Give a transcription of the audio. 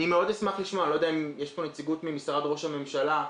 אני לא יודע אם יש פה נציגות ממשרד ראש הממשלה,